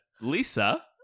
Lisa